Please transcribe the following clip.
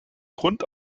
grund